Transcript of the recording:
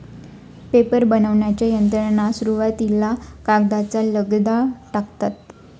paper बनविण्याच्या यंत्रात सुरुवातीला कागदाचा लगदा टाकतात